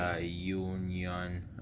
Union